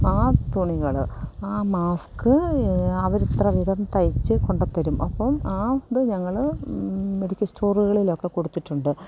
ആ തുണികൾ ആ മാസ്ക് അവർ ഇത്ര വീതം തയ്ച്ചു കൊണ്ടു തരും അപ്പോൾ ആ അതു ഞങ്ങൾ മെഡിക്കൽ സ്റ്റോറുകളിലൊക്കെ കൊടുത്തിട്ടുണ്ട്